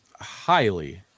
highly